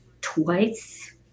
twice